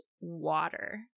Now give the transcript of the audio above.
water